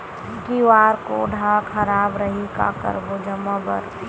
QR code हा खराब रही का करबो जमा बर?